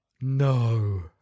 No